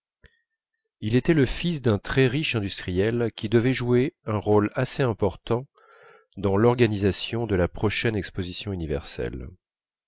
il était le fils d'un très riche industriel qui devait jouer un rôle assez important dans l'organisation de la prochaine exposition universelle